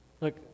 Look